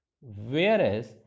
whereas